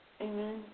Amen